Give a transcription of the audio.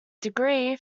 degree